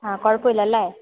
ആ കുഴപ്പമില്ലല്ലേ